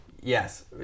Yes